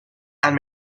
and